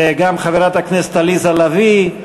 וגם חברת הכנסת עליזה לביא.